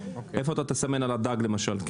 איפה תסמנו על הדג, למשל?